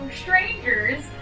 strangers